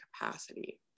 capacity